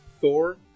Thor